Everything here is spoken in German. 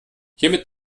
hiermit